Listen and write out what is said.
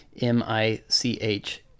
M-I-C-H